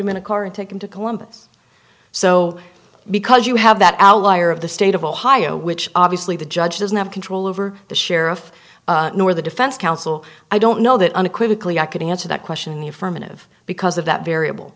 him in a car and take him to columbus so because you have that hour liar of the state of ohio which obviously the judge doesn't have control over the sheriff nor the defense counsel i don't know that unequivocally i couldn't answer that question in the affirmative because of that variable